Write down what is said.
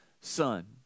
son